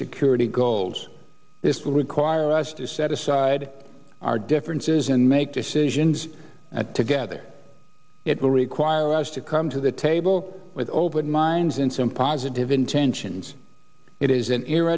security goals this will require us to set aside our differences and make decisions at together it will require us to come to the table with open minds and some positive intentions it is in